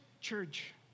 church